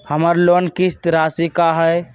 हमर लोन किस्त राशि का हई?